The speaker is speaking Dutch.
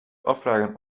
afvragen